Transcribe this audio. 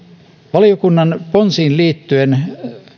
valiokunnan ponsiin liittyen